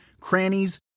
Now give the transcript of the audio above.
crannies